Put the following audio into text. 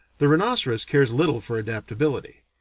the rhinoceros cares little for adaptability.